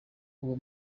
uwo